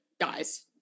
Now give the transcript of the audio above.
guys